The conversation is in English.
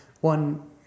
one